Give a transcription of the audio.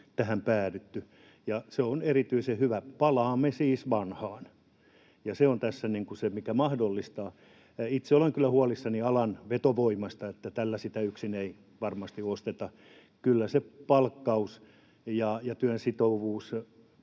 tähän päädytty, ja se on erityisen hyvä. Palaamme siis vanhaan, ja se on tässä se, mikä mahdollistaa. Itse olen kyllä huolissani alan vetovoimasta. Yksin tällä sitä ei varmasti nosteta. Kyllä myös palkkaus ja työn sitovuus